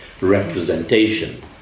representation